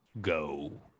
Go